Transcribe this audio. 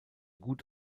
gut